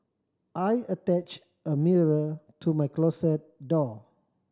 I attached a mirror to my closet door